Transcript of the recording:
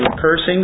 cursings